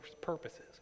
purposes